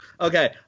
Okay